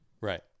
Right